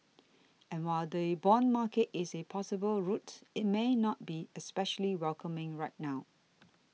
and while the bond market is a possible route it may not be especially welcoming right now